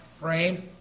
frame